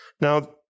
Now